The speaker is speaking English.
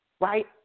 right